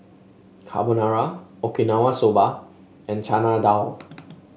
Carbonara Okinawa Soba and Chana Dal